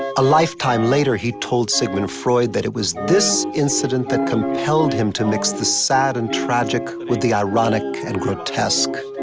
a lifetime later, he told sigmund freud that it was this incident that compelled him to mix the sad and tragic with the ironic and grotesque.